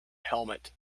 helmet